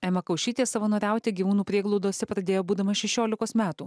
ema kaušytė savanoriauti gyvūnų prieglaudose pradėjo būdama šešiolikos metų